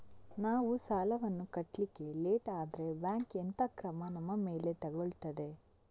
ನಾವು ಸಾಲ ವನ್ನು ಕಟ್ಲಿಕ್ಕೆ ಲೇಟ್ ಆದ್ರೆ ಬ್ಯಾಂಕ್ ಎಂತ ಕ್ರಮ ನಮ್ಮ ಮೇಲೆ ತೆಗೊಳ್ತಾದೆ?